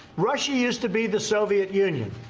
russia used to be the soviet union.